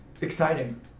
exciting